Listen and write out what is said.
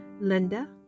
Linda